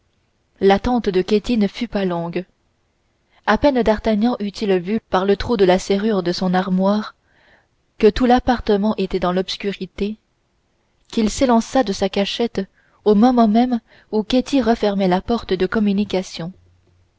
l'attente de ketty ne fut pas longue à peine d'artagnan eut-il vu par le trou de la serrure de son armoire que tout l'appartement était dans l'obscurité qu'il s'élança de sa cachette au moment même où ketty refermait la porte de communication